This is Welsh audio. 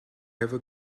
efo